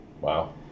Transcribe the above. Wow